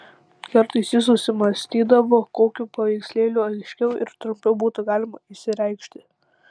kartais jis susimąstydavo kokiu paveikslėliu aiškiau ir trumpiau būtų galima išsireikšti